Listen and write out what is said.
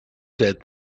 dead